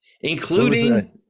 including